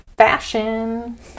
fashion